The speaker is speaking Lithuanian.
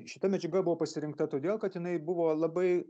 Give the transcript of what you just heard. šita medžiaga buvo pasirinkta todėl kad jinai buvo labai